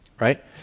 right